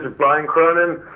brian cronon.